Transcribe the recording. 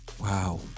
Wow